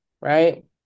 right